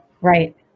Right